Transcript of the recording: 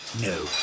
No